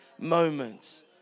moments